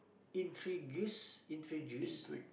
introduce introduce